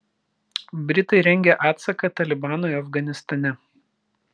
britai rengia atsaką talibanui afganistane